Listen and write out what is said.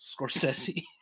Scorsese